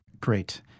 Great